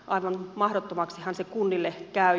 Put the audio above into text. aivan mahdottomaksihan se kunnille käy